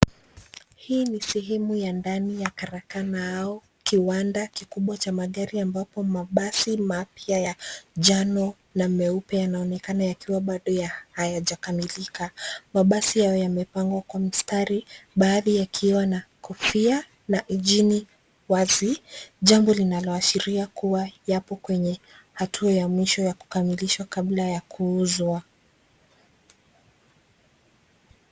Hii ni sehemu ya ndani ya karakana au kiwanda kikubwa cha magari ambapo mabasi mapya ya njano na meupe yanaonekana yakiwa baado hayajakamilika. Mabasi yawe yamepangwa kwa mstari baadhi yakiwa na kofia na injini wazi, jambo linaloashiria kuwa yapo kwenye hatua ya mwisho ya kukamilishwa kabla ya kuuzwa.